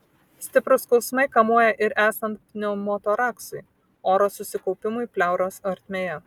stiprūs skausmai kamuoja ir esant pneumotoraksui oro susikaupimui pleuros ertmėje